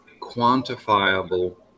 quantifiable